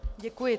Děkuji.